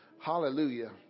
Hallelujah